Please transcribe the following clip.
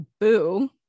boo